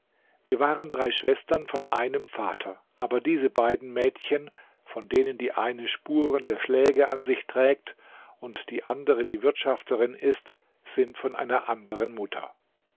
wir waren drei schwestern von einem vater aber diese beiden mädchen von denen die eine spuren der schläge an sich trägt und die andere die wirtschafterin ist sind von einer anderen mutter